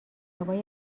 روی